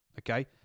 okay